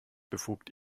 befugt